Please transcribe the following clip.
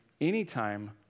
anytime